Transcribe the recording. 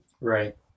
Right